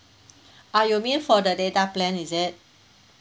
ah you mean for the data plan is it